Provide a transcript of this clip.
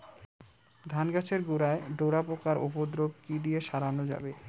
ধান গাছের গোড়ায় ডোরা পোকার উপদ্রব কি দিয়ে সারানো যাবে?